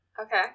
Okay